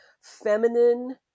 feminine